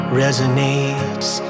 resonates